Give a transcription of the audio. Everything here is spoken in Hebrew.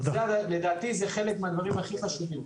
לדעתי זה אחד הדברים הכי חשובים.